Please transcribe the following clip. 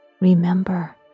Remember